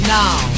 now